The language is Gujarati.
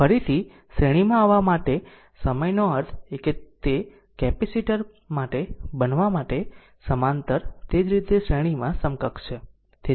ફરીથી શ્રેણીમાં આવવા માટે સમયનો અર્થ એ કે તે કેપેસિટર માટે બનાવવા માટે સમાંતર તે જ રીતે શ્રેણીમાં સમક્ક્ષ છે